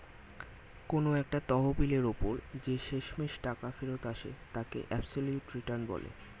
কোন একটা তহবিলের ওপর যে শেষমেষ টাকা ফেরত আসে তাকে অ্যাবসলিউট রিটার্ন বলে